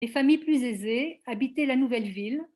זהו קטע בצרפתית